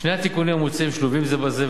שני התיקונים המוצעים שלובים זה בזה,